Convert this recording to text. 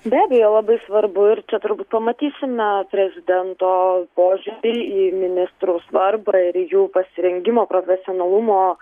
be abejo labai svarbu ir čia turbūt pamatysime prezidento požiūrį į ministrų svarbą ir jų pasirengimo profesionalumo